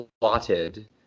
plotted